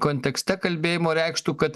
kontekste kalbėjimo reikštų kad